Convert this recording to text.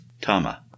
tama